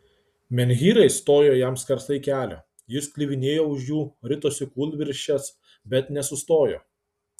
menhyrai stojo jam skersai kelio jis kliuvinėjo už jų ritosi kūlvirsčias bet nesustojo